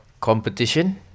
competition